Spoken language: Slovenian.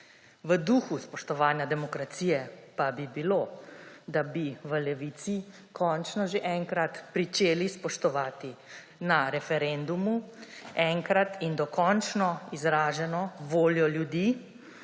V duhu spoštovanja demokracije pa bi bilo, da bi v Levici končno že enkrat pričeli spoštovati na referendumu enkrat in dokončno izraženo voljo ljudi,